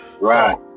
right